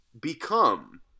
become